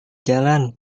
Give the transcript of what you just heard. jalan